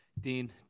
Dean